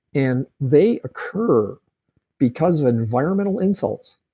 and they occur because of environmental insults,